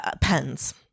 pens